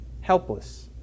helpless